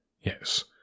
Yes